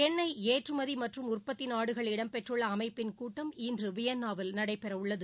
எண்ணெய் ஏற்றுமதி மற்றும் உற்பத்தி நாடுகள் இடம்பெற்றுள்ள அமைப்பின் கூட்டம் இன்று வியனாவில் நடைபெறவுள்ளது